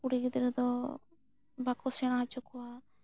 ᱠᱩᱲᱤ ᱜᱤᱫᱽᱨᱟᱹ ᱫᱚ ᱵᱟᱹᱠᱚ ᱥᱮᱬᱟ ᱦᱚᱪᱚ ᱠᱚᱣᱟ